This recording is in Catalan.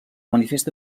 manifesta